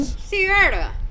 Sierra